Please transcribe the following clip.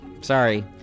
sorry